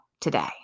today